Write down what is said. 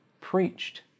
preached